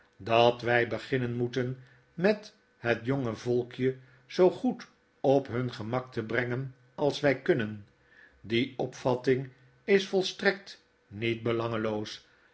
dat wy beginnen moeten met het jonge volkje zoo goed op hun gemak te brengen als wij kunnen die opvatting is volstrekt niet belangeloos